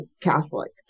Catholic